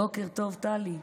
בוקר טוב, טלי.